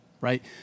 right